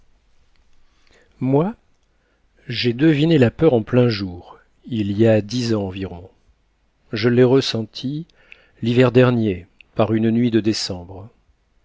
moi j'ai deviné la peur en plein jour il y a dix ans environ je l'ai ressentie l'hiver dernier par une nuit de décembre